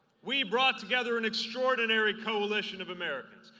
we brought together an extraordinary coalition of americans,